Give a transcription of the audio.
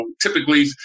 typically